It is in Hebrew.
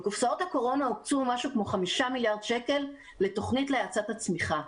בקופסאות הקורונה הוקצו כ-5 מיליארד שקל לתוכנית להאצת הצמיחה.